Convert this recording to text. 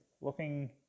looking